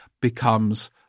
becomes